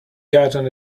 gotten